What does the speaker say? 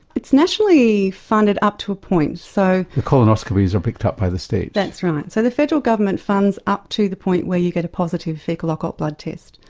it's nationally funded, up to a point. so the colonoscopies are picked up by the states. that's righty. so the federal government funds up to the point where you get a positive faecal occult blood test,